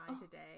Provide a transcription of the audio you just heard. today